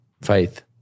faith